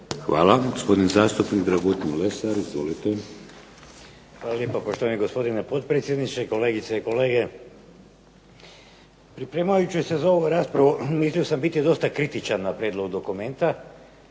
Lesar. Izvolite. **Lesar, Dragutin (Nezavisni)** Hvala lijepa poštovani gospodine potpredsjedniče, kolegice i kolege. Pripremajući se za ovu raspravu mislio sam biti dosta kritičan na prijedlog dokumenta,